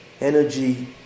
energy